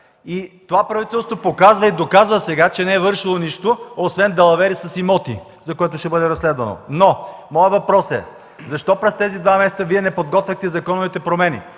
Това правителство показва и доказва сега, че не е вършило нищо освен далаверите с имоти, за което ще бъде разследвано. Моят въпрос е: защо през тези два месеца Вие не подготвяхте законовите промени?